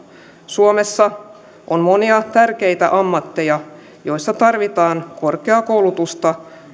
suomessa on monia tärkeitä ammatteja joissa tarvitaan korkeaa koulutusta